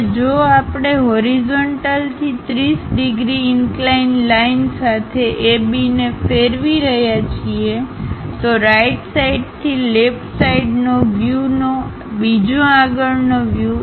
હવે જો આપણે હોરિઝન્ટલ થી 30 ડિગ્રી ઈન્કલાઈન લાઇન સાથે ABને ફેરવી રહ્યા છીએ તો રાઈટ સાઈડ થી લેફ્ટ સાઈડ નો વ્યૂ નો બીજો આગળનો વ્યૂ